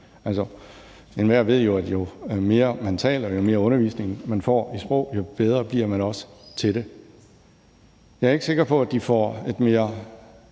enhver ved jo, at jo mere man taler, og jo mere undervisning man får i sprog, jo bedre bliver man også til det. Jeg er ikke sikker på, at de får et mere